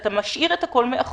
אתה משאיר את הכול מאחור,